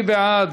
מי בעד?